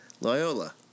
Loyola